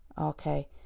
okay